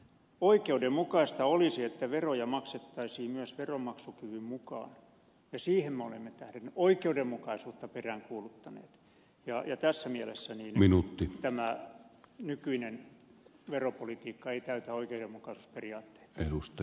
oikeudenmukaista olisi että veroja maksettaisiin myös veronmaksukyvyn mukaan ja siihen me olemme tähdänneet oikeudenmukaisuutta peräänkuuluttaneet ja tässä mielessä tämä nykyinen veropolitiikka ei täytä oikeudenmukaisuusperiaatteita